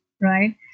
right